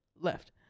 left